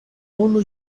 unu